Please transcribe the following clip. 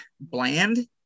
bland